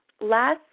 last